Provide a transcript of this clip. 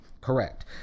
correct